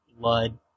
Blood